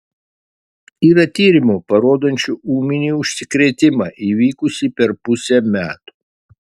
yra tyrimų parodančių ūminį užsikrėtimą įvykusį per pusę metų